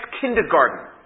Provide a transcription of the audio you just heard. kindergarten